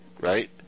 Right